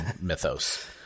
mythos